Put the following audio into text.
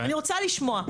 אני רוצה לשמוע.